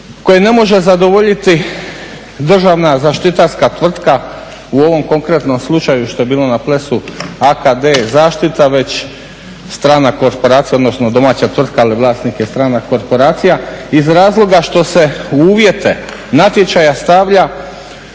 koje ne može zadovoljiti državna zaštitarska tvrtka, u ovom konkretnom slučaju što je bilo na Plesu AKD zaštita, već strana korporacija odnosno domaća tvrtka ali vlasnik je strana korporacija, iz razloga što se u uvjete natječaja stavlja